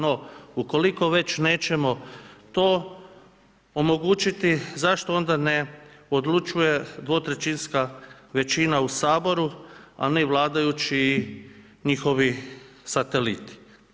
No, ukoliko već nećemo to omogućiti zašto onda ne odlučuje dvotrećinska većina u Saboru a ne vladajući i njihovi sateliti.